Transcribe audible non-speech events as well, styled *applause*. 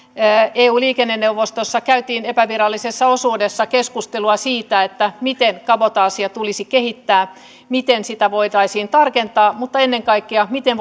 eun liikenneneuvostossa käytiin epävirallisessa osuudessa keskustelua siitä miten kabotaasia tulisi kehittää miten sitä voitaisiin tarkentaa mutta ennen kaikkea miten *unintelligible*